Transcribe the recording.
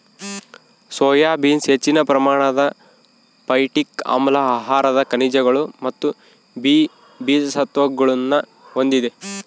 soya beans ಹೆಚ್ಚಿನ ಪ್ರಮಾಣದ phytic ಆಮ್ಲ ಆಹಾರದ ಖನಿಜಗಳು ಮತ್ತು ಬಿ ಜೀವಸತ್ವಗುಳ್ನ ಹೊಂದಿದೆ